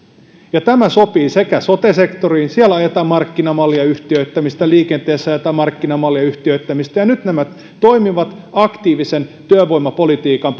tämä sopii sote sektoriin siellä ajetaan markkinamallia yhtiöittämistä liikenteessä ajetaan markkinamallia ja yhtiöittämistä ja nyt nämä toimivat aktiivisen työvoimapolitiikan